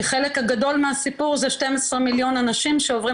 כי החלק הגדול מהסיפור זה 12 מיליון אנשים שעוברים